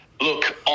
Look